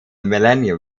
millennium